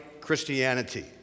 Christianity